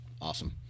awesome